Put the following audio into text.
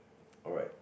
alright